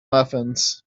muffins